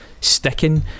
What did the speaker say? sticking